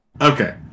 Okay